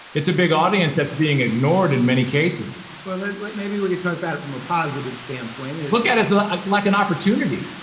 it's a big audience that's being ignored in many cases. well then like maybe we could talk about it from a positive standpoint and look at it ah like an opportunity!